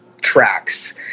tracks